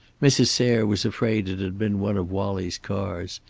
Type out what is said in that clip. mrs. sayre was afraid it had been one of wallie's cars.